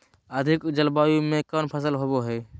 अधिक जलवायु में कौन फसल होबो है?